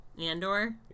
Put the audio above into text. Andor